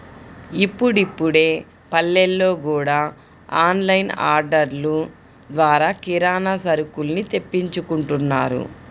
ఇప్పుడిప్పుడే పల్లెల్లో గూడా ఆన్ లైన్ ఆర్డర్లు ద్వారా కిరానా సరుకుల్ని తెప్పించుకుంటున్నారు